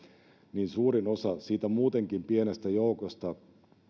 niin suurin osa siitä muutenkin pienestä joukosta